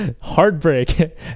heartbreak